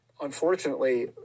unfortunately